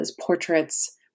portraits